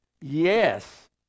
yes